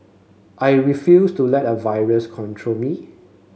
I refused to let a virus control me